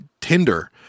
tinder